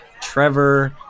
Trevor